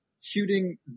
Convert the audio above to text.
shooting